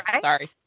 Sorry